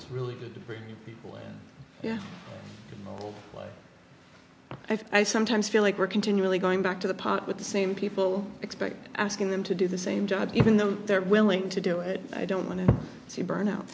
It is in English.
it's really good people yeah i sometimes feel like we're continually going back to the park with the same people expect asking them to do the same job even though they're willing to do it i don't want to see burn out